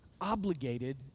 obligated